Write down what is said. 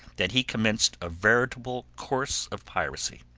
that he commenced a veritable course of piracy.